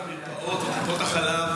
מכרז להחלפת המרפאות וטיפות החלב